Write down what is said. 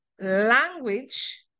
language